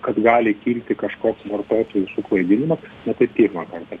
kad gali kilti kažkoks vartotojų suklaidinimas na tai pirmą kartą